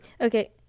Okay